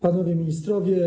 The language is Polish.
Panowie Ministrowie!